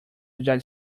without